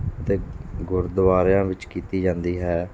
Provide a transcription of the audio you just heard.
ਅਤੇ ਗੁਰਦੁਆਰਿਆਂ ਵਿੱਚ ਕੀਤੀ ਜਾਂਦੀ ਹੈ